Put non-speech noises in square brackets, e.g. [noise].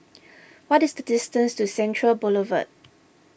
[noise] what is the distance to Central Boulevard